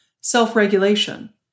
Self-regulation